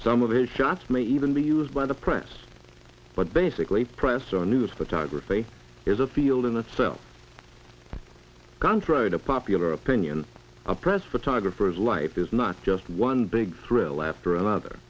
some of the shots may even be used by the press but basically a press or news photographer is a field in itself contrary to popular opinion the press photographers life is not just one big thrill after another